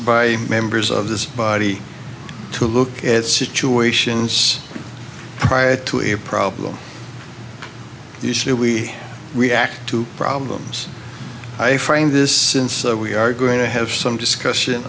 by members of this body to look at situations prior to a problem you see that we react to problems i frame this since we are going to have some discussion